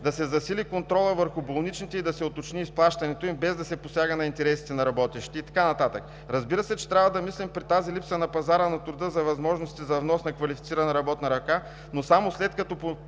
да се засили контролът върху болничните и да се уточни изплащането им, без да се посяга на интересите на работещите и така нататък. Разбира се, че при тази липса на пазара на труда трябва да мислим за възможностите за внос на квалифицирана работна ръка, но само след като